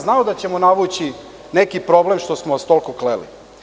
Znao da ćemo navući neki problem što smo vas toliko kleli.